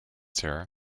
sarah